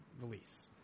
release